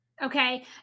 Okay